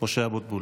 משה אבוטבול.